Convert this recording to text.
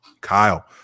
Kyle